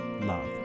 love